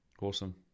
Awesome